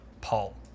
paul